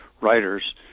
writers